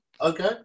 Okay